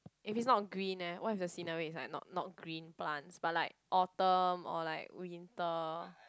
if it's not green eh what if the scenery is like not not green plants but like autumn or like winter